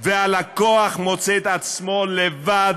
והלקוח מוצא עצמו לבד,